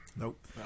Nope